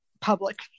public